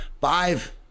five